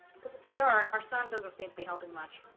because if they are our son doesn't seem to be helping much